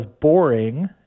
boring